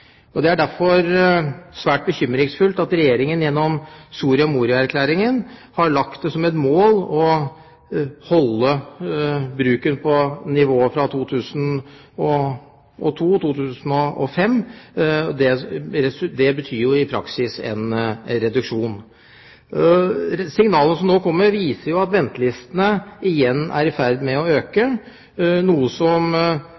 Norge. Det er derfor svært bekymringsfullt at Regjeringen gjennom Soria Moria-erklæringen har satt seg som mål å holde bruken på nivået 2002–2005. Det betyr jo i praksis en reduksjon. Signalene som nå kommer, viser at ventelistene igjen er i ferd med å